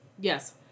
Yes